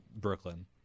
Brooklyn